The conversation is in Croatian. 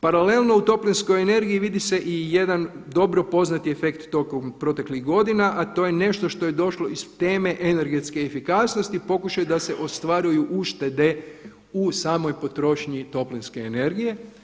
Paralelno u toplinskoj energiji vidi se i jedan dobro poznati efekt tokom proteklih godina, a to je nešto što je došlo iz teme energetske efikasnosti pokušaj da se ostvaruju uštede u samoj potrošnji toplinske energije.